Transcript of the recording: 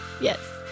Yes